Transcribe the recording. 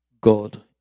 God